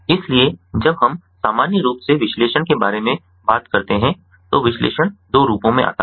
इसलिए जब हम सामान्य रूप से विश्लेषण के बारे में बात करते हैं तो विश्लेषण दो रूपों में आता है